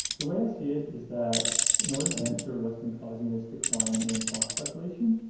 the way i see it is that in order to answer what's been causing this decline in fox population,